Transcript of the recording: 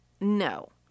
No